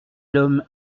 homme